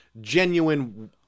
genuine